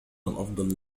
الأفضل